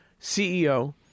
CEO